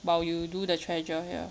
while you do the treasure here